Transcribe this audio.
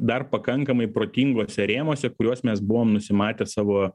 dar pakankamai protinguose rėmuose kuriuos mes buvom nusimatę savo